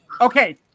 okay